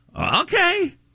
Okay